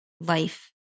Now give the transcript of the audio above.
life